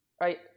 right